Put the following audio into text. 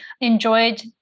enjoyed